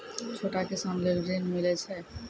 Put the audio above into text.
छोटा किसान लेल ॠन मिलय छै?